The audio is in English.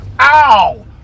Ow